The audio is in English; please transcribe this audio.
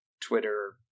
Twitter